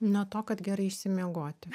nuo to kad gerai išsimiegoti